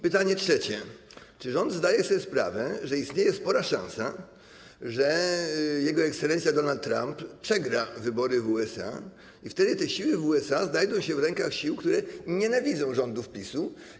Pytanie trzecie: Czy rząd zdaje sobie sprawę, że istnieje spora szansa, że jego ekscelencja Donald Trump przegra wybory w USA i wtedy te siły w USA znajdą się w rękach sił, które nienawidzą rządów PiS?